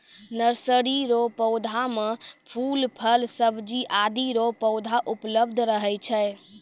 nursery रो पौधा मे फूल, फल, सब्जी आदि रो पौधा उपलब्ध रहै छै